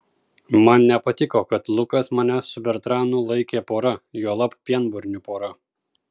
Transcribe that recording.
man nepatiko kad lukas mane su bertranu laikė pora juolab pienburnių pora